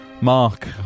Mark